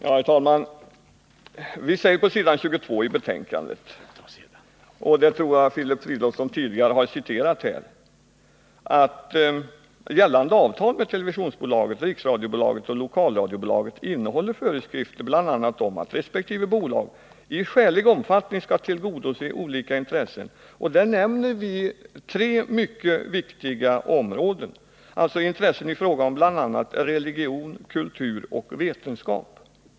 Herr talman! Vi säger på s. 22 i betänkandet — och det tror jag att Filip Fridolfsson tidigare har citerat här — följande: ”Gällande avtal med televisionsbolaget, riksradiobolaget och lokalradiobolaget innehåller föreskrifter bl.a. om att resp. bolag i skälig omfattning skall tillgodose olika intressen i fråga om bl.a. religion, kultur och vetenskap.” Här nämner vi alltså tre mycket viktiga områden.